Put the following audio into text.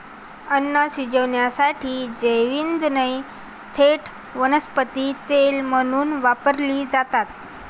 अन्न शिजवण्यासाठी जैवइंधने थेट वनस्पती तेल म्हणून वापरली जातात